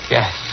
Yes